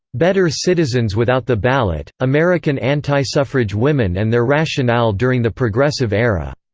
better citizens without the ballot american antisuffrage women and their rationale during the progressive era.